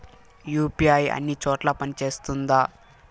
UPI అన్ని చోట్ల పని సేస్తుందా?